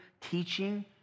teaching